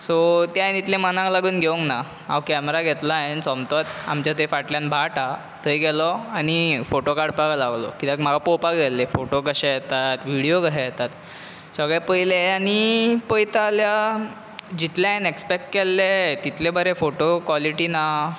so तें हांवें इतलें मनाक लावून घेवंक ना हांव कॅमेरा घेतलो हांवें सोमतोच आमचे थंय फाटल्यान भाट हा थंय गेलो आनी फोटो काडपाक लागलो कित्याक म्हाका पळोवपाक जाय आसले फोटो कशें येतात विडियो कशें येतात ते सगळें पयलें आनी पळयता जाल्यार जितले हांवें एक्सपेक्ट केल्ले तितले बरें फोटो कॉलिटी ना